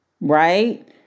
right